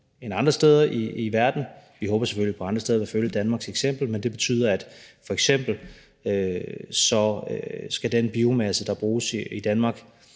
end andre steder i verden – vi håber selvfølgelig på, at andre steder vil følge Danmarks eksempel. Men det betyder, at f.eks. skal den biomasse, der bruges i Danmark,